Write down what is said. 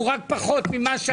הוא רק פחות ממה שהיה.